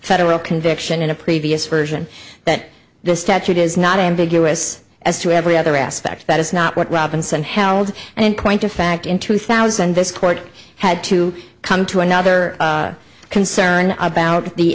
federal conviction in a previous version that the statute is not ambiguous as to every other aspect that is not what robinson held and in point of fact in two thousand this court had to come to another concern about the